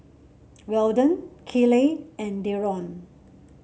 Weldon Kiley and Deron